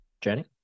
Jenny